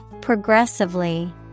Progressively